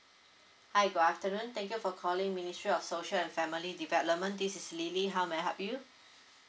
hi good afternoon thank you for calling ministry of social and family development this is lily how may I help you